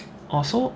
oh so